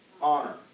honor